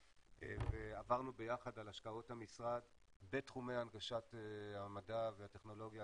ועברנו ביחד על השקעות המשרד בתחומי הנגשת המדע והטכנולוגיה